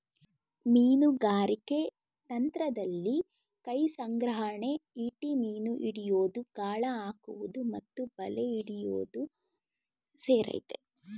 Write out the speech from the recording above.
ಮೀನುಗಾರಿಕೆ ತಂತ್ರದಲ್ಲಿ ಕೈಸಂಗ್ರಹಣೆ ಈಟಿ ಮೀನು ಹಿಡಿಯೋದು ಗಾಳ ಹಾಕುವುದು ಮತ್ತು ಬಲೆ ಹಿಡಿಯೋದು ಸೇರಯ್ತೆ